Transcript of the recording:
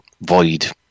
void